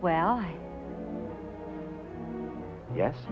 well yes